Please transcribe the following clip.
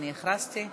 הכנסת ילין,